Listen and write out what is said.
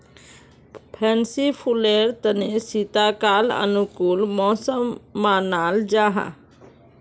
fancy फुलेर तने शीतकाल अनुकूल मौसम मानाल जाहा